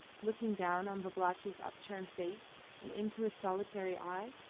looking down on babalatchi's upturned face and into his solitary eye.